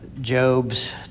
Job's